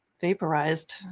vaporized